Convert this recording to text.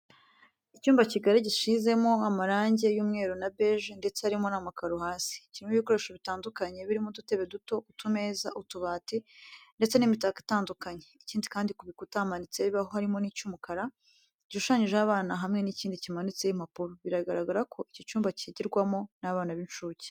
Icyumba kigari gisizemo amarange y'umweru na beje ndetse harimo n'amakaro hasi. Kirimo ibikoresho bitandukanye birimo udutebe duto, utumeza, utubati, ndetse n'imitako itandukanye. Ikindi kandi ku bikuta hamanitseho ibibaho harimo icy'umukara gishushanyijeho abana hamwe n'ikindi kimanitseho impapuro. Biragaragara ko icyi cyumba cyigirwamo n'abana b'incucye.